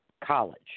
College